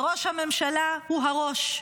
וראש הממשלה הוא הראש,